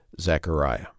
Zechariah